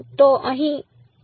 તો હું અહીં શું કરી શકું